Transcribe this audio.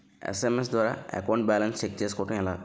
SMS ద్వారా account balance check చేసుకోవటం ఎలా?